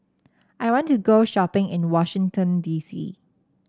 I want to go shopping in Washington D C